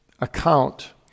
account